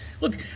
look